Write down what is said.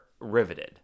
riveted